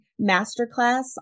masterclass